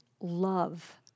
love